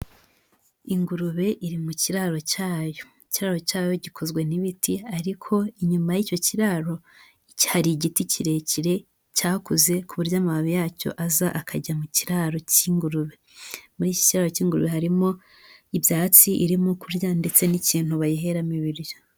Ingurube iri mu kiraro cyayo, ikiraro cyayo gikozwe n'ibiti ariko inyuma y'icyo kiraro hari igiti kirekire cyakuze ku buryo amababi yacyo aza akajya mu kiraro cy'ingurube, muri iki kiraro cy'ingurube harimo ibyatsi irimo kurya ndetse n'ikintu bayiheramo ibiryo.